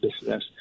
business